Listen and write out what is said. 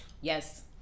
Yes